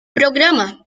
programa